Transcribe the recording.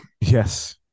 yes